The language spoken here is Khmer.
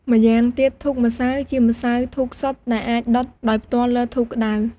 ម៉្យាងទៀតធូបម្សៅ ជាម្សៅធូបសុទ្ធដែលអាចដុតដោយផ្ទាល់លើធ្យូងក្តៅ។